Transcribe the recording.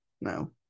no